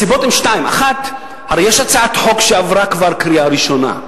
1. הרי יש הצעת חוק, שעברה כבר בקריאה ראשונה,